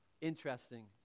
Interesting